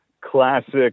classic